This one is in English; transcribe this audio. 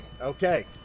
Okay